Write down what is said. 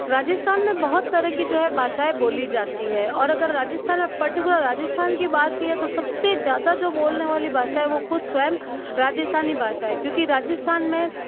राजस्थान में बहुत तरह की जो है भाषाएं बोली जाती है और अगर राजस्थान में पार्टिकुलर राजस्थान की बात किया तो सबसे ज़्यादा जो बोलने वाली भाषा है वो खुद स्वयं राजस्थानी भाषा है क्योंकि राजस्थान में